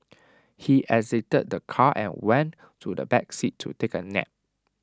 he exited the car and went to the back seat to take A nap